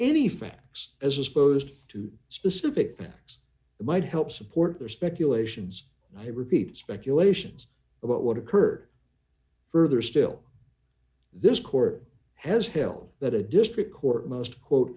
any facts as opposed to specific facts that might help support their speculations i repeat speculations about what occurred further still this court has held that a district court must quote